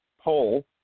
poll